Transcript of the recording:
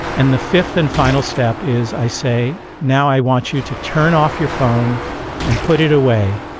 and the fifth and final step is i say now i want you to turn off your phone and put it away.